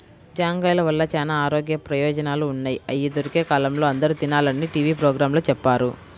జాంకాయల వల్ల చానా ఆరోగ్య ప్రయోజనాలు ఉన్నయ్, అయ్యి దొరికే కాలంలో అందరూ తినాలని టీవీ పోగ్రాంలో చెప్పారు